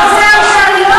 לא זה העניין.